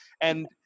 And-